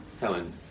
Helen